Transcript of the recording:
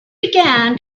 began